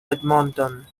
edmonton